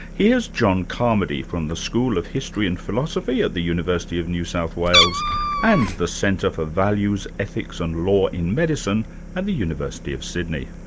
here's john carmody, from the school of history and philosophy at the university of new south wales and the centre for values, ethics and law in medicine at the university of sydney.